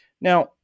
Now